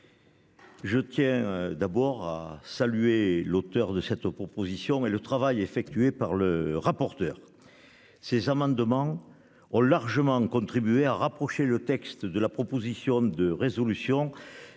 je tiens tout d'abord à saluer l'auteur de cette proposition de loi et le travail effectué par le rapporteur. Les amendements de ce dernier ont largement contribué à rapprocher ce texte de la proposition de résolution